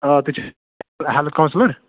آ تُہۍ چھِوٕ ہیلِتھ کونسلر